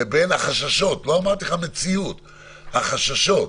לבין החששות, לא אמרתי המציאות אלא החששות.